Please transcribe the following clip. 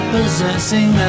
Possessing